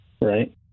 Right